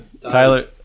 Tyler